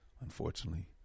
unfortunately